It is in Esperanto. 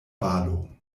balo